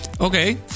Okay